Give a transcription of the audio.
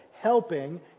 helping